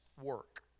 work